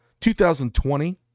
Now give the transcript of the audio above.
2020